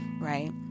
right